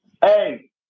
Hey